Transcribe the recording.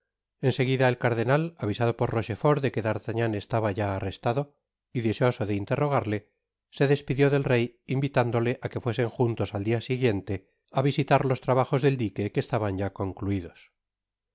en seguida el cardenal avisado por rochefort de que d'artagnan estaba ya arrestado y deseoso de interrogarle se despidió del rey invitándole á que fuesen juntos al dia siguiente á visitar los trabajos det dique que estaban ya concluidos al